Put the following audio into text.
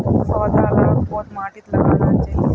पौधा लाक कोद माटित लगाना चही?